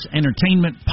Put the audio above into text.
entertainment